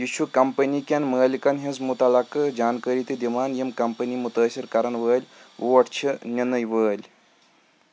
یہِ چھُ کمپٔنی کٮ۪ن مٲلِکن ہٕنٛز مُتعلقہٕ جانٛکٲری تہِ دِوان یِم کمپٔنی مُتٲثر کَرن وٲلۍ ووٹ چھِ نِنے وٲلۍ